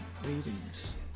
Readings